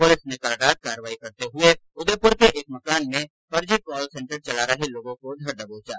police ने कल रात कार्यवाही करते हुए उदयपुर के एक मकान में फर्जी कॉल सेंटर चला रहे लोगोँ को धरदबोचा